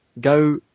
go